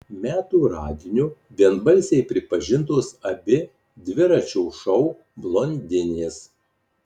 metų radiniu vienbalsiai pripažintos abi dviračio šou blondinės